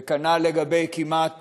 וכנ"ל לגבי כמעט